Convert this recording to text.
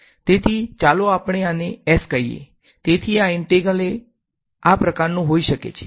તેથી ચાલો આપણે આ S કહીએ તેથી આ ઇન્ટેગ્રલ આ પ્રકારનું હોઈ શકે છે